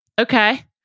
Okay